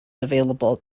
available